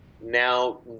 now